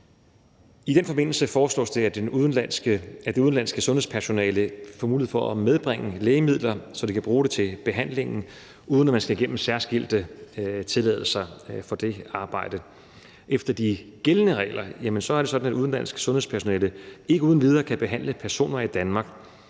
I den forbindelse foreslås det, at det udenlandske sundhedspersonale får mulighed for at medbringe lægemidler, så de kan bruge dem til behandlingen, uden at de skal igennem særskilte tilladelser i den forbindelse. Efter de gældende regler er det sådan, at udenlandsk sundhedspersonale ikke uden videre kan behandle personer i Danmark,